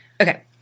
Okay